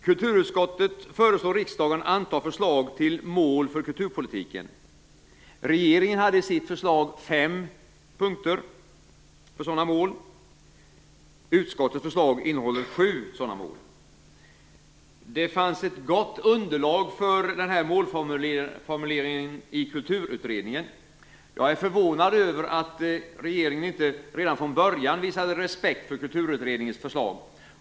Kulturutskottet föreslår riksdagen att anta förslag till mål för kulturpolitiken. Regeringen hade i sitt förslag fem punkter för sådana mål. Utskottets förslag innehåller sju sådana mål. Det fanns ett gott underlag till målformuleringen i Kulturutredningen. Jag är förvånad över att inte regeringen redan från början visade respekt för Kulturutredningens förslag.